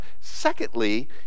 Secondly